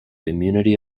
immunity